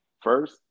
first